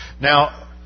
Now